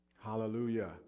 Hallelujah